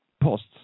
posts